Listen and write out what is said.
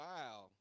Wow